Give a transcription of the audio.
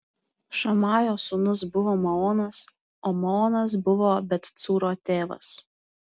šamajo sūnus buvo maonas o maonas buvo bet cūro tėvas